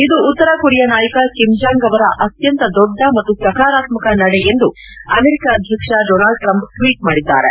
ಇದು ಉತ್ತರ ಕೊರಿಯಾ ನಾಯಕ ಕಿಮ್ ಜಾಂಗ್ ಅವರ ಅತ್ವಂತ ದೊಡ್ಡ ಮತ್ತು ಸಕಾರಾತ್ಸಕ ನಡೆ ಎಂದು ಅಮೆರಿಕ ಅಧ್ಯಕ್ಷ ಡೊನಾಲ್ಡ್ ಟ್ರಂಪ್ ಟ್ವಿಟ್ ಮಾಡಿದ್ದಾರೆ